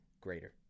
greater